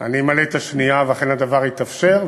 אני אמלא את השנייה, ואכן הדבר התאפשר.